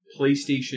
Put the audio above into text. PlayStation